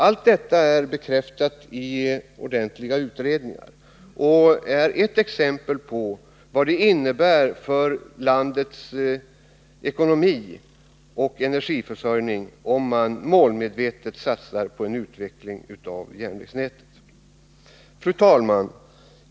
Allt detta är bekräftat i utredningar och är ett exempel på vad det innebär för landets ekonomi och energiförsörjning om man målmedvetet satsar på en utveckling av järnvägsnätet. Fru talman!